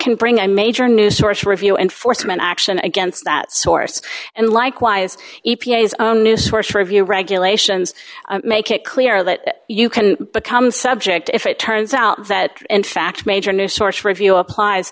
can bring a major new source review enforcement action against that source and likewise e p a is new source review regulations make it clear that you can become subject if it turns out that in fact major new source review applies